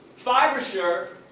fibersure,